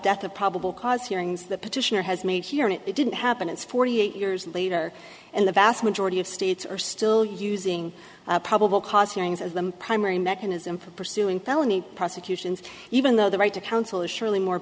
death of probable cause hearing as the petitioner has made here and it didn't happen it's forty eight years later and the vast majority of states are still using probable cause hearings as the primary mechanism for pursuing felony prosecutions even though the right to counsel is surely more